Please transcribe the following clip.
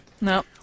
No